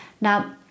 Now